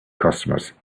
customers